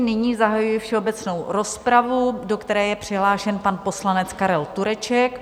Nyní zahajuji všeobecnou rozpravu, do které je přihlášen pan poslanec Karel Tureček.